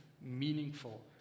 meaningful